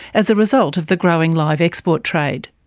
as a result of the growing live export trade.